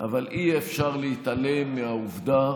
אבל אי-אפשר להתעלם מהעובדה